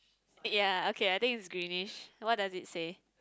ya okay I think is greenish what does it say